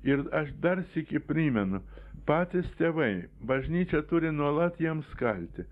ir aš dar sykį primenu patys tėvai bažnyčia turi nuolat jiems kalti